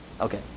okay